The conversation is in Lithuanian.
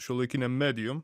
šiuolaikinėm medijom